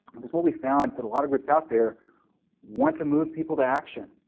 because what we found is that a lot of groups out there want to move people to action,